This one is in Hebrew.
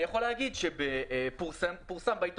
אני יכול לומר שלפני כחצי שנה פורסם בעיתונות.